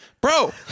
bro